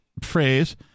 phrase